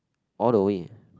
all the way